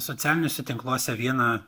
socialiniuose tinkluose vieną